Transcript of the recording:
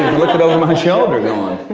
looking over my shoulder going.